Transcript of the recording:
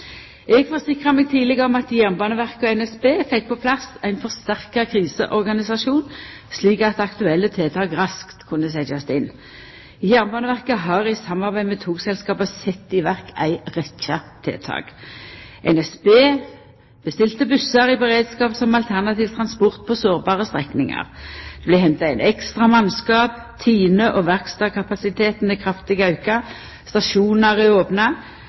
Eg forsikra meg tidleg om at Jernbaneverket og NSB fekk på plass ein forsterka kriseorganisasjon, slik at aktuelle tiltak raskt kunne setjast inn. Jernbaneverket har i samarbeid med togselskapa sett i verk ei rekkje tiltak: NSB bestilte bussar i beredskap som alternativ transport på sårbare strekningar. Det vart henta inn ekstra mannskap. Tine- og verkstadskapasitet er kraftig auka. Stasjonar er